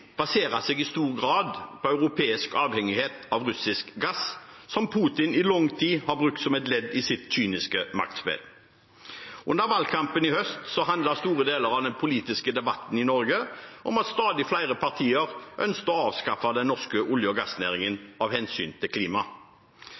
baserer seg i stor grad på europeisk avhengighet av russisk gass, som Putin i lang tid har brukt som et ledd i sitt kyniske maktspill. Under valgkampen i høst handlet store deler av den politiske debatten i Norge om at stadig flere partier ønsket å avskaffe den norske olje- og gassnæringen,